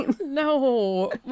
No